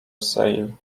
sale